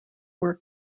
were